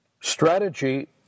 Strategy